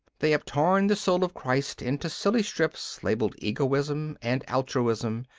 they have torn the soul of christ into silly strips, labelled egoism and altruism,